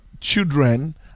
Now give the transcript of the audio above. children